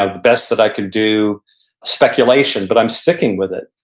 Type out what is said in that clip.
ah the best that i could do speculation, but i'm sticking with it.